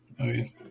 Okay